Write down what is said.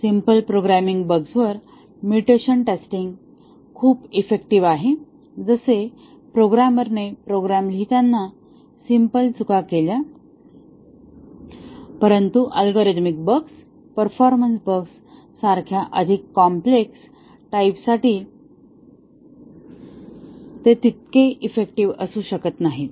simple programming बग्सवर mutation testing खूप effective आहे जसे प्रोग्रामरने प्रोग्राम लिहिताना सिम्पल चुका केल्या परंतु अल्गोरिदमिक बग्स परफॉर्मन्स बग्स सारख्या अधिक कॉम्प्लेक्स टाइप साठी तितके इफेक्टिव्ह असू शकत नाहीत